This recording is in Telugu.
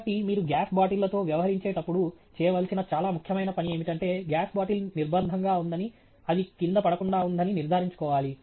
కాబట్టి మీరు గ్యాస్ బాటిళ్లతో వ్యవహరించేటప్పుడు చేయవలసిన చాలా ముఖ్యమైన పని ఏమిటంటే గ్యాస్ బాటిల్ నిర్బంధంగా ఉందని అది కింద పడకుండా ఉందని నిర్ధారించుకోవాలి